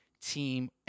team